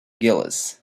gillis